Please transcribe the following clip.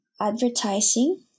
Advertising